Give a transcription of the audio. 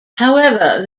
however